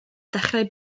dechrau